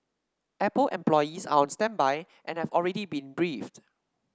apple employees are on standby and have already been briefed